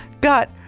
got